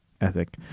ethic